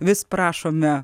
vis prašome